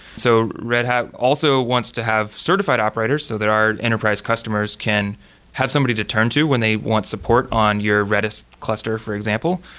so red hat also wants to have certified operators, so that our enterprise customers can have somebody to turn to when they want support on your redis cluster, for example.